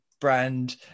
brand